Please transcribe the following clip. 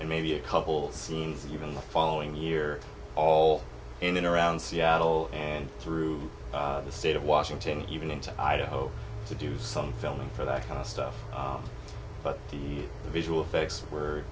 and maybe a couple scenes even the following year all in and around seattle and through the state of washington even into idaho to do some filming for that kind of stuff but the visual effects were